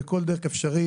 בכל דרך אפשרית.